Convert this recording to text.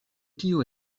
tio